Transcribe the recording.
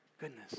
goodness